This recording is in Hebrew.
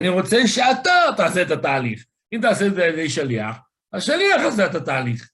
אני רוצה שאתה תעשה את התהליך, אם תעשה את זה על ידי שליח, השליח עשה את התהליך.